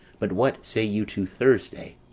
but what say you to thursday?